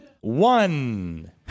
one